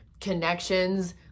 connections